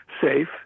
safe